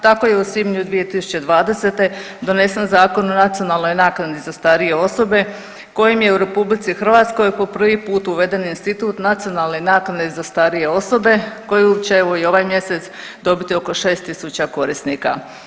Tako je u svibnju 2020. donesen Zakon o nacionalnoj naknadi za starije osobe kojim je u RH po prvi put uveden institut nacionalne naknade za starije osobe koju će, evo i ovaj mjesec dobiti oko 6 tisuća korisnika.